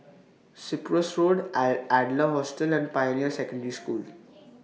Cyprus Road I Adler Hostel and Pioneer Secondary School